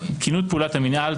תקינות פעילות המנהל,